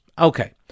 Okay